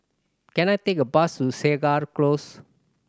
can I take a bus to Segar Close